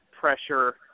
pressure